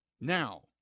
now